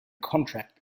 contract